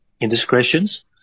indiscretions